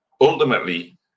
ultimately